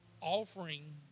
Offering